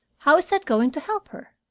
how is that going to help her?